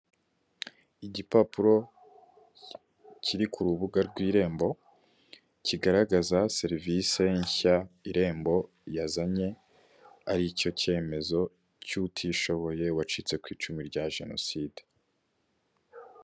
Igipapuro kiri ku rubuga rw'irembo kigaragaza serivise nshya irembo yazanye, aricyo kemezo cy'utishoboye wacitse ku icumurya jenoside.